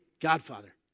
Godfather